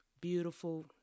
beautiful